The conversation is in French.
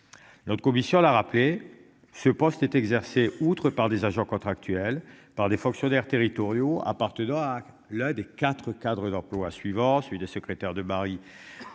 L'autre commission la râpée. Ce poste est exercée outre par des agents contractuels, par des fonctionnaires territoriaux appartenant à l'un des 4 Cadre d'emplois suivant, celui de secrétaire de Marie.